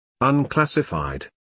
Unclassified